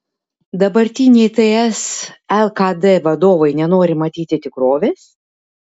dabartiniai ts lkd vadovai nenori matyti tikrovės